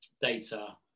data